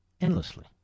endlessly